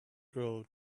grow